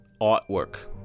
artwork